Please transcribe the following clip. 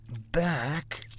back